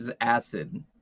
Acid